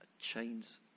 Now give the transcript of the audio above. chains